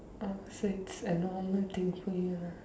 oh so it's a normal thing for you lah